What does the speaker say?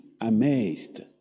amazed